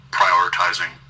prioritizing